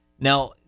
Now